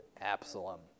Absalom